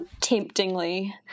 temptingly